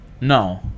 No